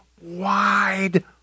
wide